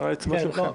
שוב,